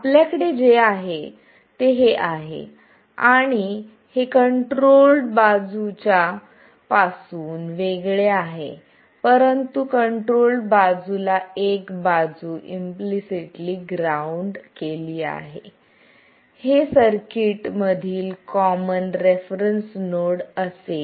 आपल्याकडे जे आहे ते हे आहे आणि हे कंट्रोल बाजू च्या पासून वेगळे आहे परंतु कंट्रोल बाजू ला एक बाजू इम्पलिसिटली ग्राउंड केली आहे हे सर्किट मधील कॉमन रेफरन्स नोड असेल